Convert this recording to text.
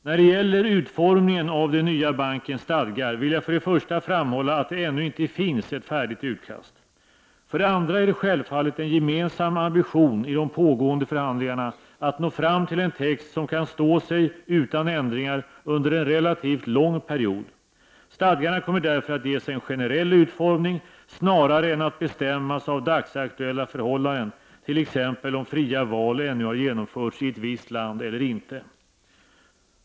När det gäller utformningen av den nya bankens stadgar vill jag för det första framhålla att det ännu inte finns ett färdigt utkast. För det andra är det självfallet en gemensam ambition i de pågående förhandlingarna att nå fram till en text som kan stå sig utan ändringar under en relativt lång period. Stadgarna kommer därför att ges en generell utformning snarare än att bestämmas av dagsaktuella förhållanden, t.ex. om fria val ännu har genomförts i ett visst land eller inte.